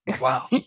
Wow